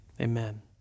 amen